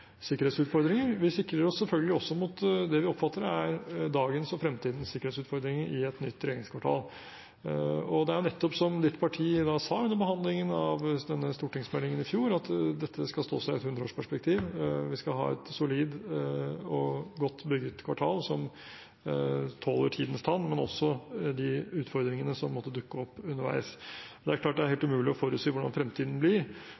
sikkerhetsutfordringer. Vi sikrer oss selvfølgelig også mot det vi oppfatter er dagens og fremtidens sikkerhetsutfordringer i et nytt regjeringskvartal. Det er, som representantens parti nettopp sa under behandlingen av den stortingsmeldingen i fjor, at dette skal stå seg i et hundreårsperspektiv. Vi skal ha et solid og godt bygget kvartal som tåler tidens tann, men også de utfordringene som måtte dukke opp underveis. Det er klart at det er helt umulig å forutsi hvordan fremtiden blir,